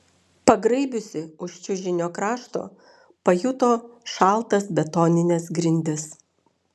pagraibiusi už čiužinio krašto pajuto šaltas betonines grindis